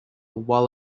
while